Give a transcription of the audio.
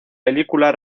película